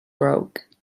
broke